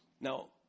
Now